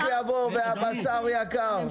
והמשיח יבוא והבשר יקר.